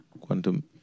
quantum